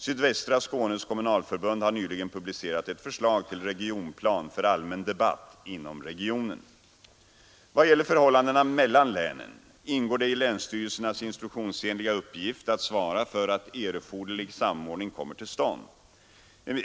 Sydvästra Skånes kommunalförbund har nyligen publicerat ett förslag till regionplan för allmän debatt inom regionen. I vad gäller förhållandena mellan länen ingår det i länsstyrelsernas instruktionsenliga uppgift att svara för att erforderlig samordning kommer till stånd.